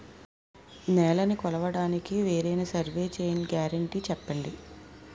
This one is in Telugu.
నేలనీ కొలవడానికి వేరైన సర్వే చైన్లు గ్యారంటీ చెప్పండి?